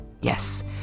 Yes